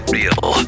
Real